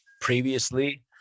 previously